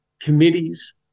committees